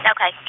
Okay